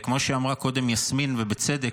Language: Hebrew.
כמו שאמרה קודם יסמין, ובצדק,